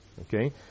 Okay